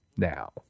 Now